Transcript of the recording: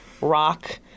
rock